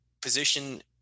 position